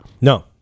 No